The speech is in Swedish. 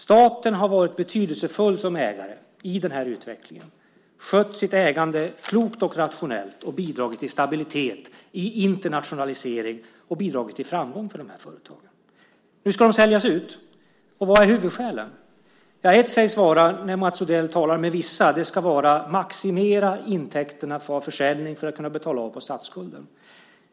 Staten har varit betydelsefull som ägare i den här utvecklingen, skött sitt ägande klokt och rationellt och bidragit till stabilitet i internationaliseringen och till framgång för de här företagen. Nu ska de säljas ut. Vad är huvudskälen? När Mats Odell talar med vissa sägs ett vara att maximera intäkterna från en försäljning för att kunna betala av på statsskulden.